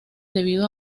debido